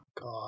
God